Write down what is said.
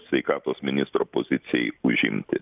sveikatos ministro pozicijai užimti